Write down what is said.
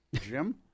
Jim